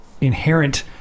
inherent